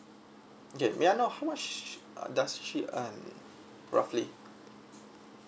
okay may I know how much uh does she earn roughly